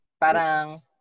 Parang